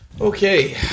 Okay